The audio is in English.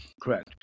correct